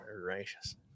gracious